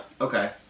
Okay